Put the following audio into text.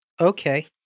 Okay